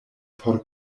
por